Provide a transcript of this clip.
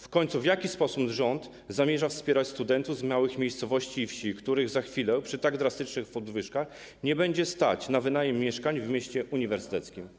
W końcu w jaki sposób rząd zamierza wspierać studentów z małych miejscowości i wsi, których za chwilę, przy tak drastycznych podwyżkach, nie będzie stać na wynajem mieszkań w mieście uniwersyteckim?